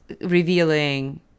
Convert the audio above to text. revealing